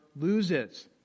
loses